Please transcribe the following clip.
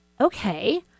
Okay